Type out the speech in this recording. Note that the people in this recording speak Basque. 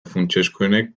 funtsezkoenek